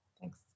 Thanks